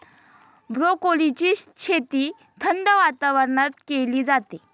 ब्रोकोलीची शेती थंड वातावरणात केली जाते